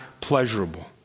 pleasurable